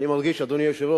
התשע"ב